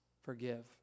forgive